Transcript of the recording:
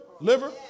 liver